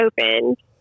opened